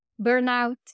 burnout